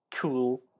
Cool